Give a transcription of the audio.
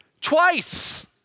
twice